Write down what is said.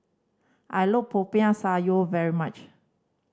I look Popiah Sayur very much